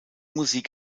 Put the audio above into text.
musik